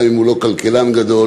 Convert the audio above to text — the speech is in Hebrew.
גם אם הוא לא כלכלן גדול,